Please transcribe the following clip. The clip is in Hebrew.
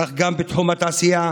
כך גם בתחום התעשייה: